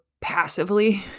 passively